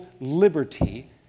liberty